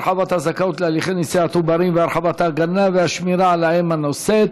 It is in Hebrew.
הרחבת הזכאות להליכי נשיאת עוברים והרחבת ההגנה והשמירה על האם הנושאת),